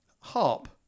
harp